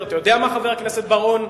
אתה יודע מה, חבר הכנסת בר-און,